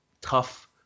tough